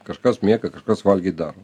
kažkas miega kažkas valgyt darp